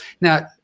now